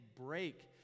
break